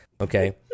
okay